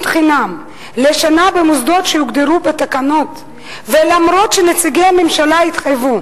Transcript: חינם לשנה במוסדות שהוגדרו בתקנות ואף-על-פי שנציגי הממשלה התחייבו,